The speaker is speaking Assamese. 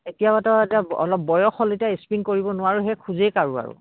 এতিয়া হয়তো এতিয়া অলপ বয়স হ'ল এতিয়া স্প্ৰিং কৰিব নোৱাৰোঁ সেই খোজেই কাঢ়ো আৰু